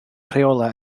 rheolau